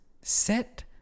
set